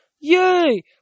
Yay